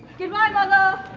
goodbye mother!